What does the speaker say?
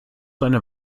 deine